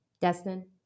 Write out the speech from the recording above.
Destin